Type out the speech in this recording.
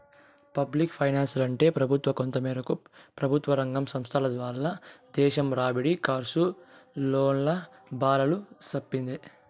public ఫైనాన్సంటే పెబుత్వ, కొంతమేరకు పెబుత్వరంగ సంస్థల వల్ల దేశం రాబడి, కర్సు, లోన్ల బారాలు సెప్పేదే